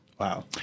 Wow